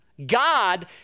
God